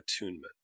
attunement